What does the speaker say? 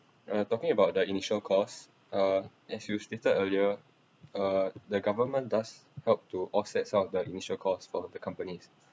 err talking about the initial cost uh as you stated earlier uh the government does help to offset out the initial cost for the companies